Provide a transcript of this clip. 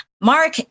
Mark